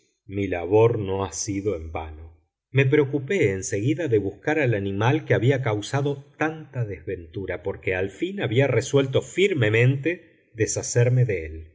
mi labor no ha sido en vano me preocupé en seguida de buscar al animal que había causado tanta desventura porque al fin había resuelto firmemente deshacerme de él